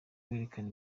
werekana